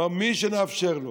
כלומר, מי שנאפשר לו